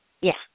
yes